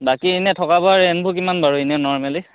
বাকী এনেই থকা কৰা ৰেণ্টবোৰ কিমান বাৰু এনেই নৰ্মেলী